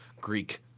Greek